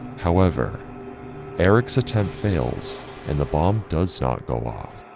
however eric's attempt fails and the bomb does not go off.